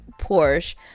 Porsche